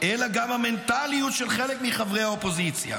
אלא גם המנטליות של חלק מחברי האופוזיציה,